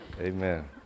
Amen